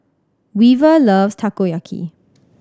Weaver loves Takoyaki